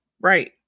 right